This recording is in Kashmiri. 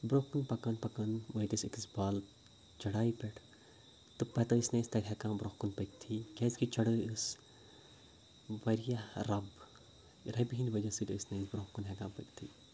برونٛہہ کُن پَکان پَکان وٲتۍ أسۍ أکِس بال چَڑایہِ پٮ۪ٹھ تہٕ پَتہٕ ٲسۍ نہٕ أسۍ تَتہِ ہٮ۪کان برونٛہہ کُن پٔکۍتھٕے کیٛازِکہِ چَڑٲے ٲس واریاہ رَب رَبہِ ہِنٛدۍ وَجہ سۭتۍ ٲسۍ نہٕ أسۍ برونٛہہ کُن ہٮ۪کان پٔکِتھٕے